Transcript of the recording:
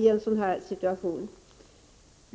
i en sådan här situation.